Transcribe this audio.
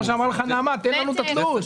כמו שאמרה לך נעמה, תן לנו את התלוש.